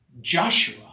Joshua